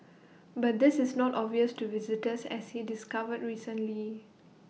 but this is not obvious to visitors as he discovered recently